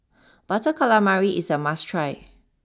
Butter Calamari is a must try